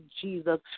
Jesus